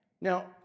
Now